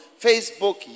Facebook